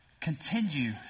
continue